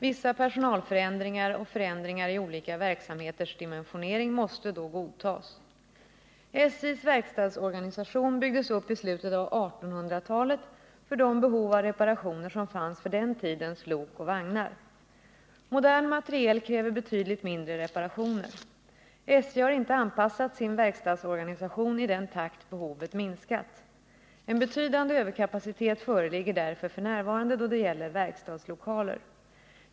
Vissa personalförändringar och förändringar i olika verksamheters dimensionering måste då godtas. SJ:s verkstadsorganisation byggdes upp i slutet av 1800-talet för de behov av reparationer som fanns för den tidens lok och vagnar. Modern materiel kräver betydligt mindre reparationer. SJ har inte anpassat sin verkstadsorganisation i den takt behovet minskat. En betydande överkapacitet föreligger därför f. n. då det gäller verkstadslokaler.